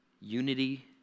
unity